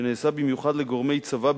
שנעשה במיוחד לגורמי צבא,